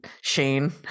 Shane